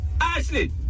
Ashley